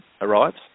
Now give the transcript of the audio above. arrives